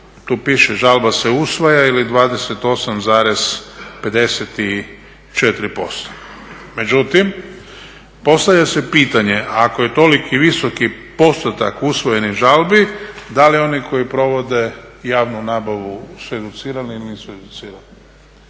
tu piše žalba se usvaja ili 28,54%. Međutim, postavlja se pitanje ako je toliki visoki postotak usvojenih žalbi da li oni koji provode javnu nabavu su educirani ili nisu educirani.